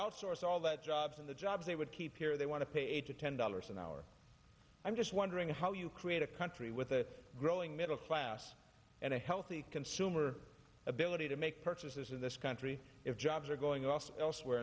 outsource all that jobs and the jobs they would keep here they want to pay eight to ten dollars an hour i'm just wondering how you create a country with a growing middle class and a healthy consumer ability to make purchases in this country if jobs are going off elsewhere